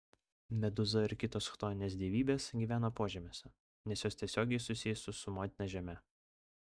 medūza ir kitos chtoninės dievybės gyvena požemiuose nes jos tiesiogiai susijusios su motina žeme